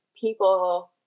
people